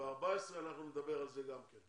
ב-14 אנחנו נדבר על זה גם כן.